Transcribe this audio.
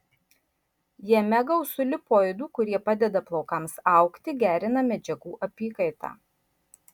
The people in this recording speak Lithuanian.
jame gausu lipoidų kurie padeda plaukams augti gerina medžiagų apykaitą